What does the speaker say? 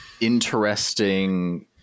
interesting